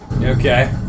Okay